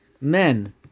men